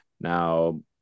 now